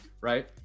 Right